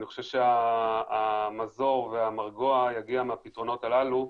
אני חושב שהמזור והמרגוע יגיע מהפתרונות הללו,